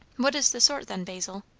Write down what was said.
what is the sort, then, basil?